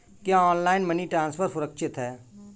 क्या online money transfer सुरक्षित है?